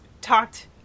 talked